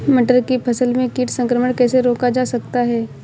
मटर की फसल में कीट संक्रमण कैसे रोका जा सकता है?